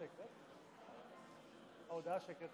נגד חיים ביטון,